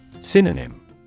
Synonym